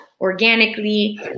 organically